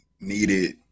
needed